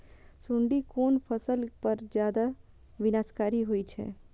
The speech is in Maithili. सुंडी कोन फसल पर ज्यादा विनाशकारी होई छै?